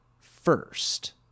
first